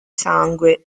sangue